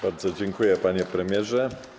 Bardzo dziękuję, panie premierze.